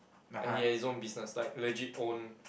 and he has his own business like legit own